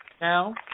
Now